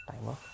timer